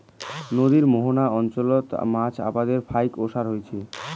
নদীর মোহনা অঞ্চলত মাছ আবাদের ফাইক ওসার হইচে